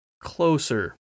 closer